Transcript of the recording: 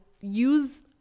use